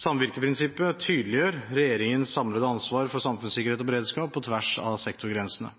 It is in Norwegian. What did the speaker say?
Samvirkeprinsippet tydeliggjør regjeringens samlede ansvar for samfunnssikkerhet og